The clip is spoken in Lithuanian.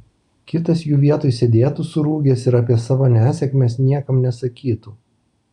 kitas jų vietoj sėdėtų surūgęs ir apie savo nesėkmes niekam nesakytų